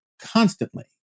constantly